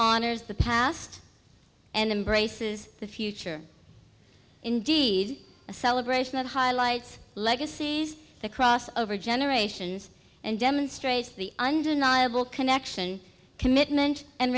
honors the past and embraces the future indeed a celebration that highlights legacies that cross over generations and demonstrates the undeniable connection commitment and